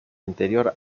anterior